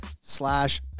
slash